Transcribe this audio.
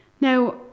Now